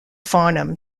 farnham